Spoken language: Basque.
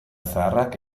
zaharrak